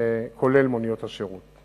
לרבות מוניות השירות.